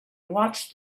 watched